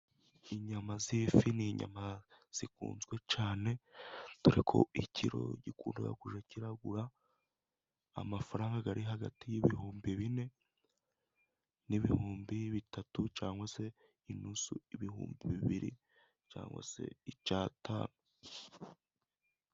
Inyama z'ifi ni nyama zikunzwe cyane dore ko ikiro gikunda kujya kigura amafaranga ari hagati y'ibihumbi bine n'ibihumbi bitatu cyangwa se inusu ibihumbi bibiri cyangwa se icyatanu.